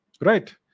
Right